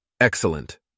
Excellent